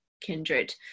Kindred